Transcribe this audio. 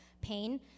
pain